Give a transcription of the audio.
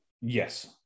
Yes